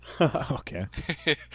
Okay